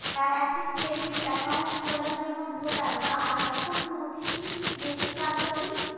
একটা savings account খোলার জন্য ভোটার বা আধার কোন নথিটি বেশী কার্যকরী?